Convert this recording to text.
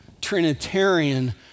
Trinitarian